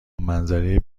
منظره